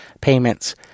payments